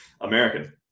American